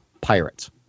pirates